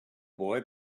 boy